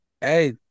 Hey